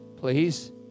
please